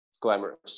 glamorous